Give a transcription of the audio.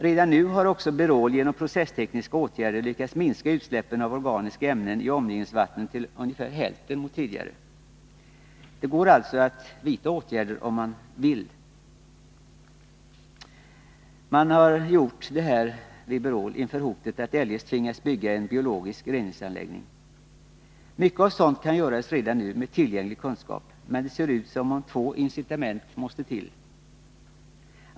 Redan nu har också Berol genom processtekniska åtgärder lyckats minska utsläppen av organiska ämnen i omgivningsvattnen Nr 96 till ungefär hälften mot tidigare. Det går alltså att vidta åtgärder om man vill. Fredagen den Man har gjort detta vid Berol inför hotet att eljest tvingas bygga en biologisk 12 mars 1982 reningsanläggning. Mycket av sådant kan göras redan nu med tillgänglig kunskap, men detser Om luftoch vatut som om två incitament måste till.